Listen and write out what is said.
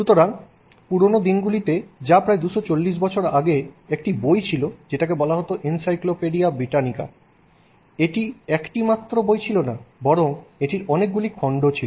সুতরাং পুরনো দিনগুলিতে যা প্রায় 240 বছর আগে একটি বই ছিল যেটাকে বলা হত এনসাইক্লোপিডিয়া ব্রিটানিকা এটি একটি মাত্র বই ছিল না বরং এটির অনেকগুলো খন্ড ছিল